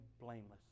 blameless